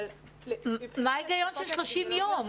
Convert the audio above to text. אבל --- מה ההיגיון של 30 יום?